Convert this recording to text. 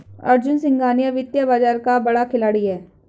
अर्जुन सिंघानिया वित्तीय बाजार का बड़ा खिलाड़ी है